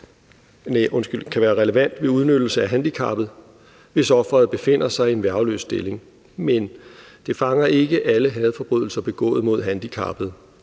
kan være relevant ved udnyttelse af handicappede, hvis offeret befinder sig i en værgeløse stilling. Men det fanger ikke alle hadforbrydelser begået mod handicappede.